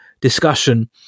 discussion